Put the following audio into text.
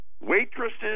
Waitresses